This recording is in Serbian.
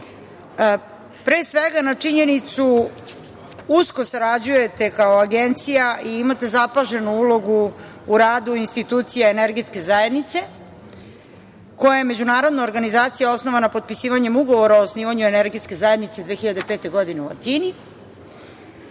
pre svega na činjenicu da usko sarađujete kao Agencija i imate zapaženu ulogu u radu institucija Energetske zajednice, koja je međunarodna organizacija osnovana potpisivanjem ugovora o osnivanju Energetske zajednice 2005. godine u Atini.